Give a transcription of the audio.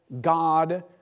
God